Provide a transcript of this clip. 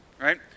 right